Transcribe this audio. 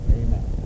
amen